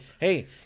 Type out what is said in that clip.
Hey